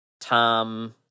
Tom